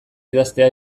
idaztea